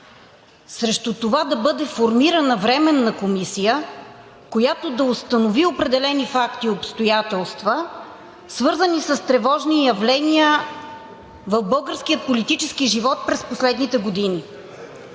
срещу това да бъде сформирана временна комисия, която да установи определени факти и обстоятелства, свързани с тревожни явления в българския политически живот през последните години.